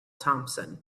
thompson